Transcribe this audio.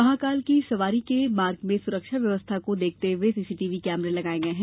महाकाल की सवारी के मार्ग में सुरक्षा व्यवस्था को देखते हए सीसीटीवी कैमरे लगाए गए हैं